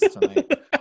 tonight